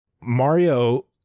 Mario